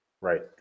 Right